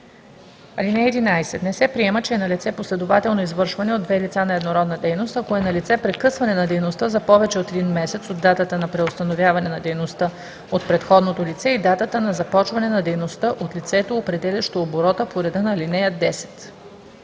(11) Не се приема, че е налице последователно извършване от две лица на еднородна дейност, ако е налице прекъсване на дейността за повече от един месец от датата на преустановяване на дейността от предходното лице и датата на започване на дейността от лицето, определящо оборота по реда на ал. 10.“